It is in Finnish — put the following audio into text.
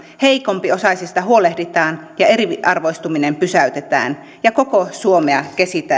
heikompiosaisista huolehditaan eriarvoistuminen pysäytetään ja koko suomea